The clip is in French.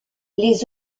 les